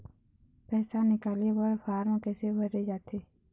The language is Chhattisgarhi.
पैसा निकाले बर फार्म कैसे भरे जाथे?